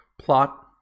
Plot